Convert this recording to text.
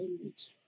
image